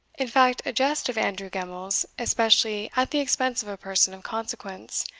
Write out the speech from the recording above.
in fact, a jest of andrew gemmells, especially at the expense of a person of consequence,